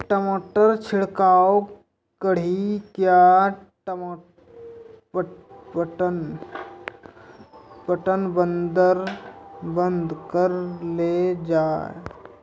टमाटर छिड़काव कड़ी क्या पटवन बंद करऽ लो जाए?